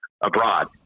abroad